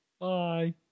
Bye